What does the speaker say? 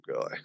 guy